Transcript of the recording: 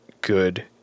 good